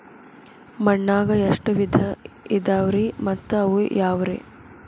ಮಣ್ಣಾಗ ಎಷ್ಟ ವಿಧ ಇದಾವ್ರಿ ಮತ್ತ ಅವು ಯಾವ್ರೇ?